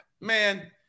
Man